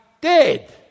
dead